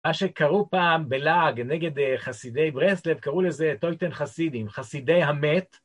מה שקראו פעם בלעג נגד חסידי ברסלב, קראו לזה טויטן חסידים, חסידי המת.